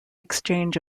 exchange